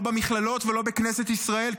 לא במכללות ולא בכנסת ישראל,